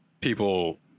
people